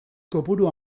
kopuru